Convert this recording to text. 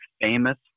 famous